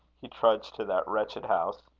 he trudged to that wretched house.